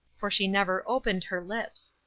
for she never opened her lips.